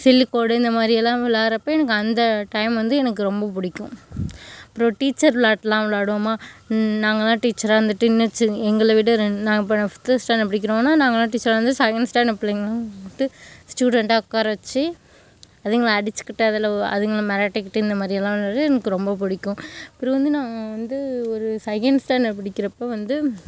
சில்லிக் கோடு இந்த மாதிரியெல்லாம் விளையாட்றப்ப எனக்கு அந்த டைம் வந்து எனக்கு ரொம்ப பிடிக்கும் அப்புறம் டீச்சர் விளையாட்டெலாம் விளையாடுவோமா நாங்கெலாம் டீச்சராக இருந்துவிட்டு இன்னும் சின்ன எங்களைவிட நான் ஃபிஃப்த்து ஸ்டாண்டர்ட் படிக்கிறோனால் நாங்களெலாம் டீச்சராக இருந்து செகண்ட் ஸ்டாண்டர்ட் பிள்ளைங்கலாம் கூப்பிட்டு ஸ்டூடெண்ட்டாக உட்கார வச்சு அதுங்களை அடிச்சுக்கிட்டு அதில் அதுங்களை மிரட்டிக்கிட்டு இந்த மாதிரியலாம் எனக்கு ரொம்ப பிடிக்கும் அப்புறம் வந்து நான் வந்து ஒரு செகண்ட் ஸ்டாண்டர்ட் படிக்கிறப்போ வந்து